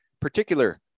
particular